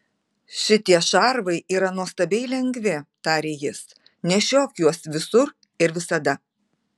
šitie šarvai yra nuostabiai lengvi tarė jis nešiok juos visur ir visada